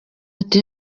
ati